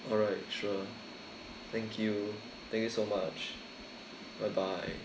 alright sure thank you thank you so much bye bye